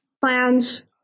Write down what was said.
plans